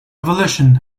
revolution